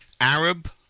Arab